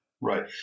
Right